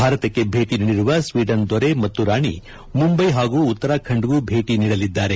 ಭಾರತಕ್ಕೆ ಭೇಟಿ ನೀಡಿರುವ ಸ್ವೀಡನ್ನ ದೊರೆ ಮತ್ತು ರಾಣಿ ಮುಂಬೈ ಹಾಗೂ ಉತ್ತರಾಖಂಡ್ಗೂ ಭೇಟಿ ನೀಡಲಿದ್ದಾರೆ